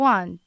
One